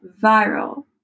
viral